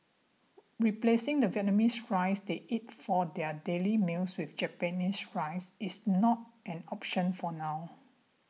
replacing the Vietnamese rice they eat for their daily meals with Japanese rice is not an option for now